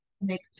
make